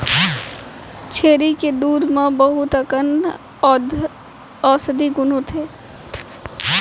छेरी के दूद म बहुत अकन औसधी गुन होथे